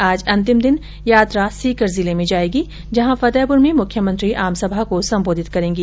आज अंतिम दिन यात्रा सीकर जिले में जायेगी जहां फतेहपुर में मुख्यमंत्री आमसभा को संबोधित करेंगी